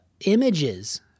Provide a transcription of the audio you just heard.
images